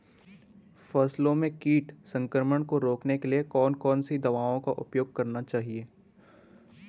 फसलों में कीट संक्रमण को रोकने के लिए कौन कौन सी दवाओं का उपयोग करना चाहिए?